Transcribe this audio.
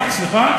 סליחה?